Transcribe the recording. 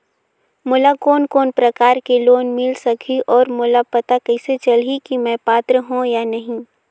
मोला कोन कोन प्रकार के लोन मिल सकही और मोला पता कइसे चलही की मैं पात्र हों या नहीं?